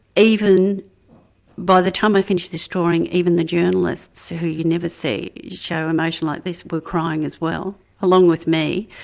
even by the time i finished this drawing, even the journalists who you never see show emotion like this, were crying as well, along with me.